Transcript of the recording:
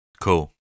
Cool